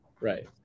right